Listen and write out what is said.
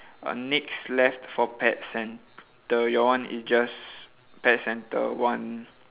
uh next left for pet centre your one is just pet centre one